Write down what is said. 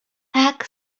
tak